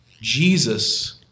Jesus